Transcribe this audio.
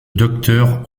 docteur